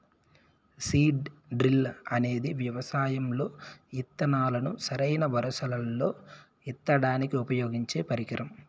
seed drill అనేది వ్యవసాయం లో ఇత్తనాలను సరైన వరుసలల్లో ఇత్తడానికి ఉపయోగించే పరికరం